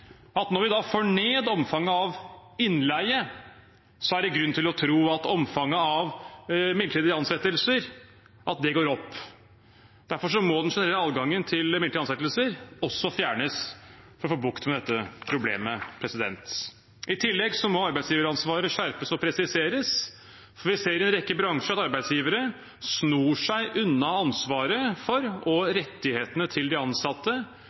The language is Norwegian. at når vi får ned omfanget av innleie, er det grunn til å tro at omfanget av midlertidige ansettelser går opp. Derfor må den generelle adgangen til midlertidige ansettelser også fjernes for å få bukt med dette problemet. I tillegg må arbeidsgiveransvaret skjerpes og presiseres, for i en rekke bransjer ser vi at arbeidsgivere snor seg unna ansvaret for rettighetene til de ansatte.